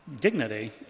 dignity